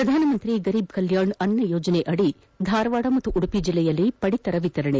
ಪ್ರಧಾನಮಂತ್ರಿ ಗರೀಬ್ ಕಲ್ಕಾಣ್ ಅನ್ನ ಯೋಜನೆಯಡಿ ಧಾರವಾಡ ಹಾಗೂ ಉಡುಪಿ ಜಿಲ್ಲೆಯಲ್ಲಿ ಪಡಿತರ ವಿತರಣೆ